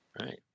Right